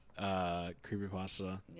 creepypasta